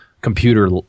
computer